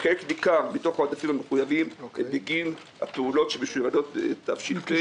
חלק ניכר מתוך העודפים המחויבים הם בגין הפעולות שמשוריינות לתש"ף,